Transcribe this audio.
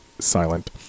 silent